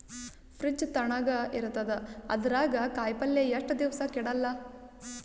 Fridge ತಣಗ ಇರತದ, ಅದರಾಗ ಕಾಯಿಪಲ್ಯ ಎಷ್ಟ ದಿವ್ಸ ಕೆಡಲ್ಲ?